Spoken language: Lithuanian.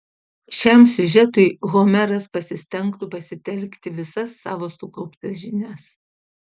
šiam siužetui homeras pasistengtų pasitelkti visas savo sukauptas žinias